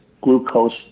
glucose